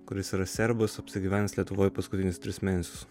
kuris yra serbas apsigyvenęs lietuvoj paskutinius tris mėnesius